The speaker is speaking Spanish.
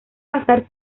pasar